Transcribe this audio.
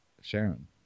Sharon